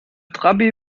trabi